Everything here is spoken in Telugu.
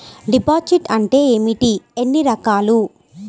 డిపాజిట్ అంటే ఏమిటీ ఎన్ని రకాలు?